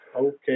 Okay